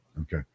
Okay